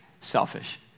selfish